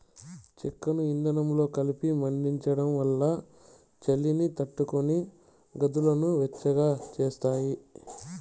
చెక్కను ఇందనంతో కలిపి మండించడం వల్ల చలిని తట్టుకొని గదులను వెచ్చగా చేస్తాది